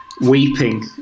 weeping